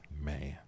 Man